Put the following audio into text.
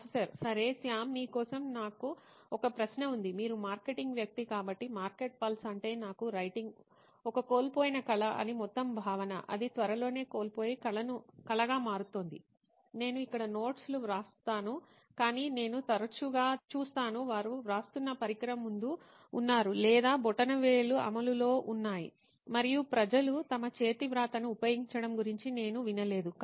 professor సరే శ్యామ్ మీ కోసం నాకు ఒక ప్రశ్న ఉంది మీరు మార్కెటింగ్ వ్యక్తి కాబట్టి మార్కెట్ పల్స్ అంటే నాకు రైటింగ్ ఒక కోల్పోయిన కళ అని మొత్తం భావన అది త్వరలోనే కోల్పోయిన కళగా మారుతోంది నేను ఇక్కడ నోట్స్ లు వ్రాస్తాను కాని నేను తరచుగా చూస్తాను వారు వ్రాస్తున్న పరికరం ముందు ఉన్నారు లేదా బ్రొటనవేళ్లు అమలులో ఉన్నాయి మరియు ప్రజలు తమ చేతివ్రాతను ఉపయోగించడం గురించి నేను వినలేదు